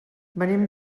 venim